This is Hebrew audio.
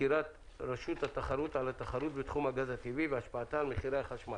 וסקירת רשות התחרות על התחרות בתחום הגז הטבעי והשפעתה על מחירי החשמל.